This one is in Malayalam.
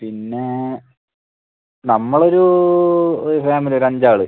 പിന്നെ നമ്മളൊരു ഒര് ഫാമിലി ഒരു അഞ്ച് ആള്